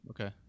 Okay